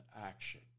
action